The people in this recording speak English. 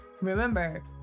remember